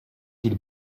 qu’il